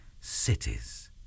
cities